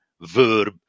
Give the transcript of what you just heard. verb